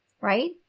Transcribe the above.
right